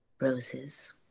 roses